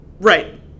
Right